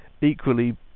equally